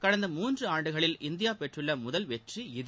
கடந்த மூன்று ஆண்டுகளில் இந்தியா பெற்றுள்ள முதல் வெற்றி இது